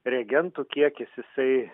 reagentų kiekis jisai